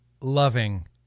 loving